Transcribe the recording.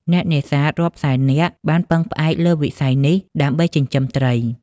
អ្នកនេសាទរាប់សែននាក់បានពឹងផ្អែកលើវិស័យនេះ ដើម្បីចិញ្ចឹមជីវិត។